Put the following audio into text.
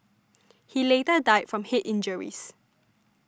he later died from head injuries